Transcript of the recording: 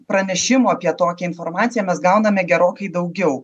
pranešimų apie tokią informaciją mes gauname gerokai daugiau